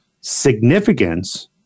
Significance